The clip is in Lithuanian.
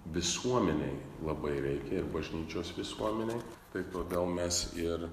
visuomenei labai reikia ir bažnyčios visuomenei tai todėl mes ir